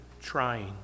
trying